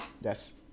Yes